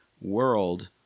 world